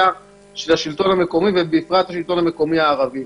של השלטון המקומי ובפרט השלטון המקומי הערבי.